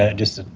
ah just.